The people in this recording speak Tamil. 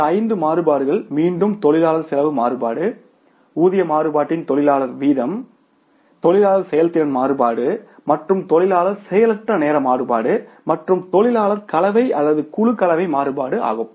இந்த ஐந்து மாறுபாடுகள் மீண்டும் தொழிலாளர் செலவு மாறுபாடு ஊதிய மாறுபாட்டின் தொழிலாளர் வீதம் தொழிலாளர் செயல்திறன் மாறுபாடு மற்றும் தொழிலாளர் செயலற்ற நேர மாறுபாடு மற்றும் தொழிலாளர் கலவை அல்லது குழு கலவை மாறுபாடு ஆகும்